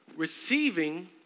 Receiving